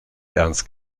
ernst